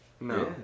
No